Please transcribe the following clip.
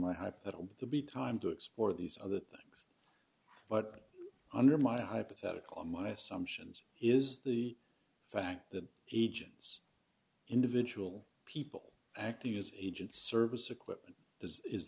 a hypothetical the be time to explore these other things but under my hypothetical my assumptions is the fact that agents individual people acting as agents service equipment is